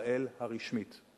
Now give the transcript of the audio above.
ישראל הרשמית.